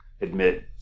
admit